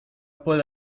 puedo